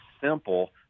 simple